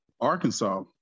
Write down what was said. Arkansas